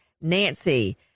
nancy